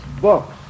books